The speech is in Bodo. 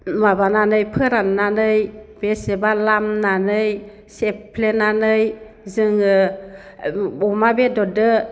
माबानानै फोराननानै बेसेबा लामनानै सेफ्लेनानै जोङो अमा बेदरजो